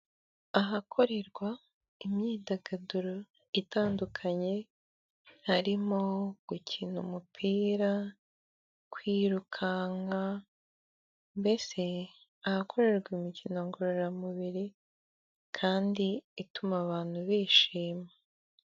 Ahakorerwa imyidagaduro itandukanye harimo gukina umupira, kwirukanka, mbese ahakorerwa imikino ngororamubiri kandi ituma abantu bishima.